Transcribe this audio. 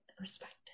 respect